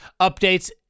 updates